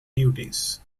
duties